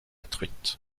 truite